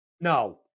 No